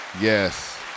Yes